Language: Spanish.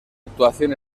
actuación